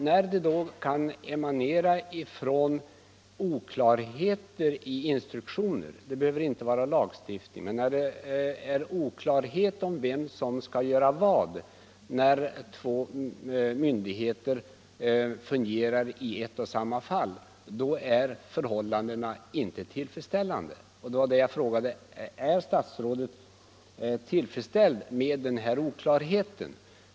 När de då kan emanera från oklarheter i instruktioner — det behöver inte vara fråga om lagstiftning - om vem som skall göra vad när två myndigheter fungerar i ett och samma fall är förhållandena inte tillfredsställande. Jag frågade därför: Är statsrådet tillfredsställd med den här oklarheten?